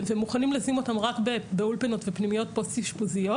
ומוכנים לשים אותם רק באולפנות ופנימיות פוסט אשפוזיות,